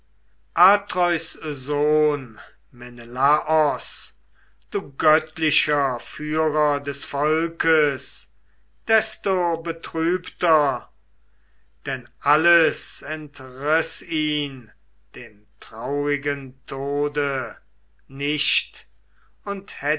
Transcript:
atreus sohn menelaos du göttlicher führer des volkes desto betrübter denn alles entriß ihn dem traurigen tode nicht und